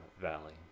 Valley